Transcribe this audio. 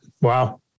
wow